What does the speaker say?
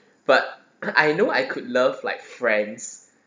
but I know I could love like friends